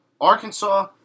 Arkansas